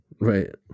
Right